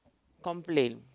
complain